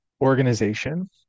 organization